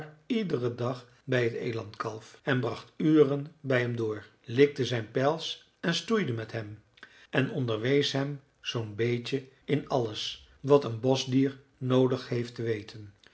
iederen dag bij het elandkalf en bracht uren bij hem door likte zijn pels en stoeide met hem en onderwees hem zoo'n beetje in alles wat een boschdier noodig heeft te weten